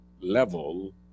level